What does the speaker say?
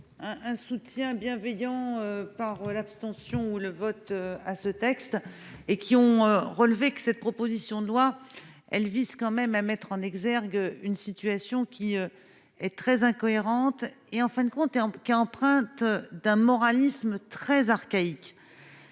un soutien bienveillant par l'abstention ou le vote à ce texte et qui ont relevé que cette proposition de loi Elvis quand même à mettre en exergue, une situation qui est très incohérente et en fin de compte, herbe qu'emprunte d'un moralisme très archaïque,